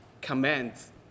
commands